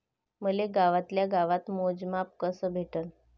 मले गावातल्या गावात मोजमाप कस भेटन?